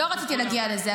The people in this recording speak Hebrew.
--- לא רציתי להגיע לזה,